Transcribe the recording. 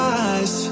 eyes